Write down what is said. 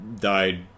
died